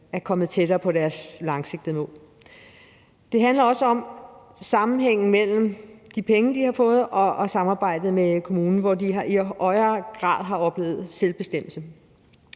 er kommet tættere på deres langsigtede mål. Det handler også om sammenhængen mellem de penge, de har fået, og samarbejdet med kommunen, hvor de i højere grad har oplevet selvbestemmelse.